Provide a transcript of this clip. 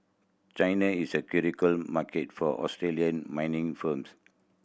China is a critical market for Australian mining firms